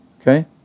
Okay